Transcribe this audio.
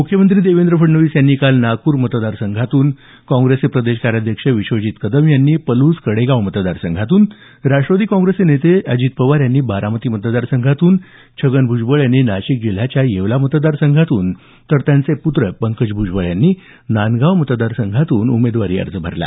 मुख्यमंत्री देवेंद्र फडणवीस यांनी काल नागपूर मतदार संघातून काँग्रेसचे प्रदेश कार्याध्यक्ष विश्वजित कदम यांनी पलूस कडेगाव मतदार संघातून राष्ट्रवादी काँग्रेसचे नेते अजित पवार यांनी बारामती मतदार संघातून छगन भुजबळ यांनी नाशिक जिल्ह्याच्या येवला मतदार संघातून तर त्यांचे पुत्र पंकज भुजबळ यांनी नांदगाव मतदारसंघातून उमेदवारी अर्ज भरला